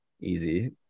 easy